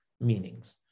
meanings